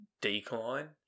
decline